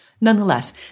Nonetheless